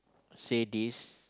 say this